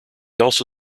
also